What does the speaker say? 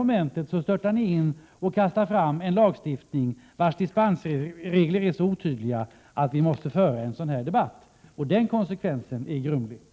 I nästa stund kastar han fram ett förslag om en lagstiftning vars dispensregler är så otydliga att vi måste föra en sådan här debatt om lagstiftningens konsekvenser.